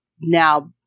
now